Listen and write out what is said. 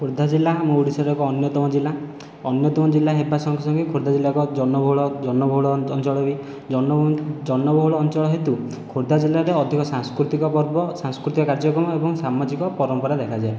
ଖୋର୍ଦ୍ଧା ଜିଲ୍ଲା ଆମ ଓଡ଼ିଶାର ଏକ ଅନ୍ୟତମ ଜିଲ୍ଲା ଅନ୍ୟତମ ଜିଲ୍ଲା ହେବା ସଙ୍ଗେ ସଙ୍ଗେ ଖୋର୍ଦ୍ଧା ଜିଲ୍ଲା ଏକ ଜନବହୁଳ ଜନବହୁଳ ଅଞ୍ଚଳ ବି ଜନବହୁଳ ଅଞ୍ଚଳ ହେତୁ ଖୋର୍ଦ୍ଧା ଜିଲ୍ଲାରେ ଅଧିକ ସାଂସ୍କୃତିକ ପର୍ବ ସାଂସ୍କୃତିକ କାର୍ଯ୍ୟକ୍ରମ ଏବଂ ସାମାଜିକ ପରମ୍ପରା ଦେଖାଯାଏ